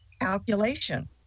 calculation